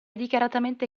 dichiaratamente